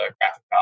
graphic